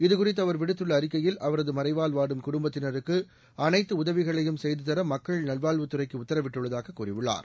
இதுகுறித்து அவர் விடுத்துள்ள அறிக்கையில் அவரது மறைவால் வாடும் குடும்பத்தினருக்கு அனைத்து உதவிகளையும் செய்து தர மக்கள் நல்வாழ்வுத்துறைக்கு உத்தரவிட்டுள்ளதாக கூறியுள்ளார்